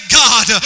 god